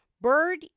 bird